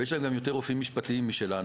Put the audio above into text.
ויש להם גם יותר רופאים משפטיים משלנו.